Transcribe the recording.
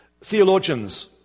Theologians